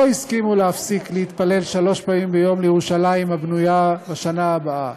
לא הסכימו להפסיק להתפלל שלוש פעמים ביום לירושלים הבנויה בשנה הבאה,